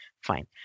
fine